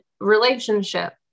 relationship